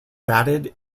batted